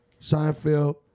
Seinfeld